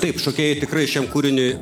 taip šokėjai tikrai šiam kūriniui